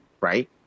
right